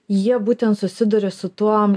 jie būtent susiduria su tuo